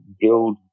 build